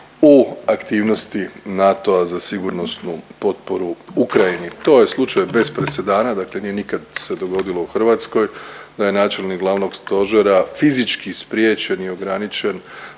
u aktivnosti NATO-a za sigurnosnu potporu Ukrajini. To je slučaj bez presedana dakle nije nikad se dogodilo u Hrvatskoj da je načelnik glavnog stožera fizički spriječen i ograničen